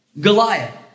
Goliath